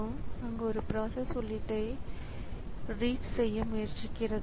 இந்த IO உபகரணங்கள் மற்றும் இந்த நினைவகம் இவை அனைத்தும் இணைக்கப்பட்டுள்ளன